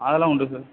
அதெல்லாம் உண்டு சார்